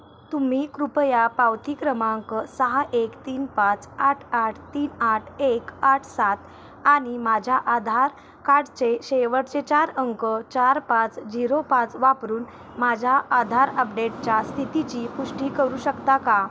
तुम्ही कृपया पावती क्रमांक सहा एक तीन पाच आठ आठ तीन आठ एक आठ सात आणि माझ्या आधार कार्डचे शेवटचे चार अंक चार पाच झिरो पाच वापरून माझ्या आधार अपडेटच्या स्थितीची पुष्टी करू शकता का